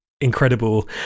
incredible